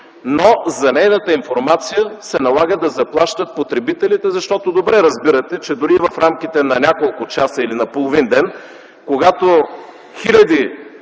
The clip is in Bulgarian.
но за нейната информация се налага да заплащат потребителите? Защото добре разбирате, че дори и в рамките на няколко часа или на половин ден, когато хиляди